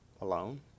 alone